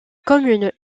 commune